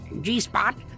G-spot